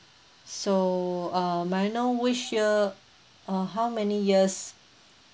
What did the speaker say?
so uh may I know which year uh how many years